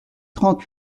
trente